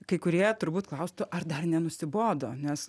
kai kurie turbūt klaustų ar dar nenusibodo nes